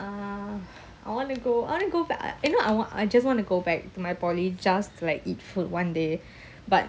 uh I want to go I want to go but I you know I want I just want to go back to my poly just like eat food one day but